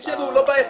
סעיף 7 הוא לא בעייתי.